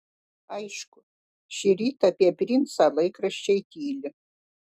aišku šįryt apie princą laikraščiai tyli